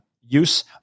use